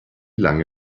lange